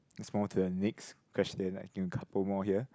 let's move on to the next question I think a couple more here